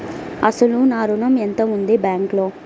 అసలు నా ఋణం ఎంతవుంది బ్యాంక్లో?